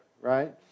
right